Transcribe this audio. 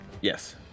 Yes